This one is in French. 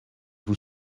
vous